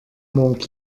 mont